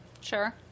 Sure